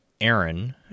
Aaron